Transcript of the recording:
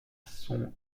son